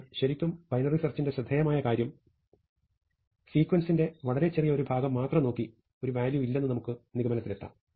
എന്നാൽ ശരിക്കും ബൈനറി സെർച്ചിന്റെ ശ്രദ്ധേയമായ കാര്യം സീക്വൻസിന്റെ വളരെ ചെറിയ ഒരു ഭാഗം മാത്രം നോക്കി ഒരു വാല്യൂ ഇല്ലെന്ന് നമുക്ക് നിഗമനത്തിലെത്താം